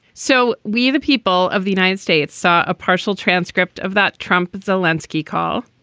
so we the people of the united states saw a partial transcript of that trump zelinsky call.